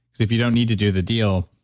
if you don't need to do the deal,